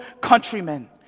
countrymen